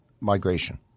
migration